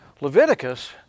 Leviticus